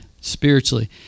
spiritually